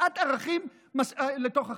הקצאת ערכים לתוך החברה.